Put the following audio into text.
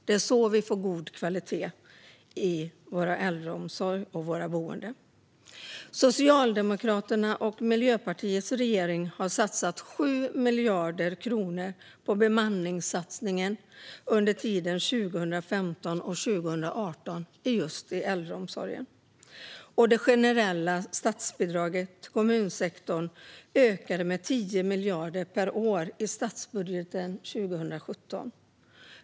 Det är så vi får god kvalitet i vår äldreomsorg och i våra boenden. Socialdemokraternas och Miljöpartiets regering har satsat 7 miljarder kronor på bemanningen under tiden 2015-2018 i äldreomsorgen. Det generella statsbidraget till kommunsektorn ökade med 10 miljarder per år i statsbudgeten 2017.